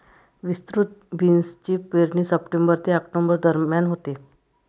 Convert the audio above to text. विस्तृत बीन्सची पेरणी सप्टेंबर ते ऑक्टोबर दरम्यान होते